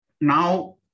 Now